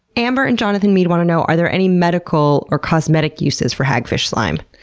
amber and jonathan meade want to know are there any medical or cosmetic uses for hagfish slime?